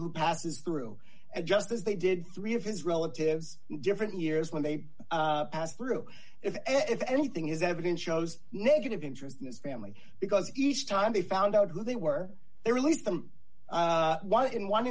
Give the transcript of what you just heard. who passes through and just as they did three of his relatives different years when they pass through if anything is evidence shows negative interest in this family because each time they found out who they were they released them one in one